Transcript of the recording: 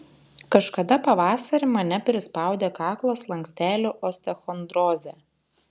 kažkada pavasarį mane prispaudė kaklo slankstelių osteochondrozė